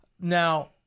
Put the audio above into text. Now